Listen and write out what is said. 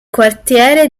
quartiere